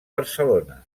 barcelona